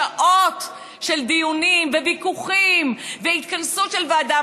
שעות של דיונים וויכוחים והתכנסות של ועדה.